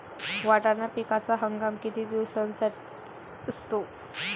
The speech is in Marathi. वाटाणा पिकाचा हंगाम किती दिवसांचा असतो?